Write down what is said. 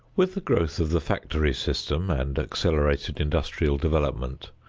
with the growth of the factory system and accelerated industrial development,